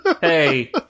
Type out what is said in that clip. Hey